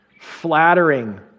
flattering